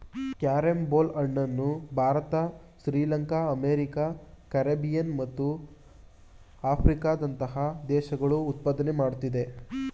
carrom ಬೋಲ್ ಹಣ್ಣನ್ನು Bharat Sri Lanka America Caribbean ಮತ್ತು ಆಫ್ರಿಕಾದಂತಹ ದೇಶಗಳು ಉತ್ಪಾದನೆ ಮಾಡುತ್ತಿದೆ